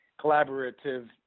collaborative